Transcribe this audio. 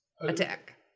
Attack